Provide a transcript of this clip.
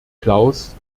klaus